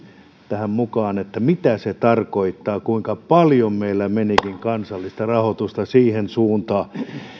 tähän mukaan mitä se tarkoittaa ja kuinka paljon meillä menikin kansallista rahoitusta siihen